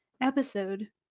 episode